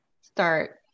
Start